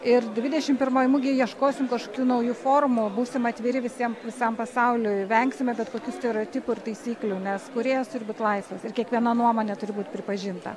ir dvidešimt pirmoj mugėj ieškosim kažkokių naujų forumų būsim atviri visiem visam pasauliui vengsime bet kokių stereotipų ir taisyklių nes kūrėjas turi būti laisvas ir kiekviena nuomonė turi būti pripažinta